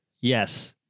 Yes